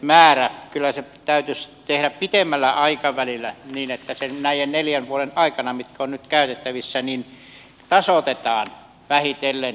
kyllä se täytyisi tehdä pitemmällä aikavälillä niin että se näiden neljän vuoden aikana mitkä ovat nyt käytettävissä tasoitetaan vähitellen